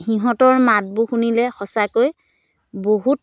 সিহঁতৰ মাতবোৰ শুনিলে সঁচাকৈ বহুত